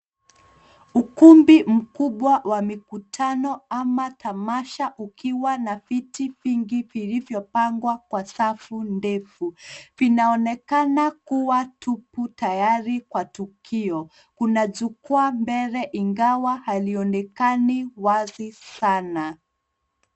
Ukumbi mkubwa wa mikutano ama tamasha ukiwa na viti vingi vilivyopangwa kwa safu ndefu. Vinaonekana kuwa tupu tayari kwa tukio. Kuna jukwaa mbele ingawa halionekani wazi sana.